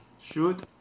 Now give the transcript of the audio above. shoot